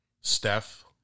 Steph